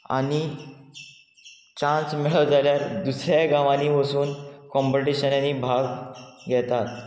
आनी चान्स मेळ्ळो जाल्यार दुसऱ्या गांवांनी वचून कॉम्पिटिशनांनी भाग घेतात